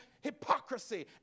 hypocrisy